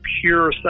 Pure